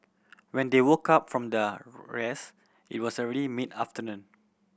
when they woke up from the rest it was already mid afternoon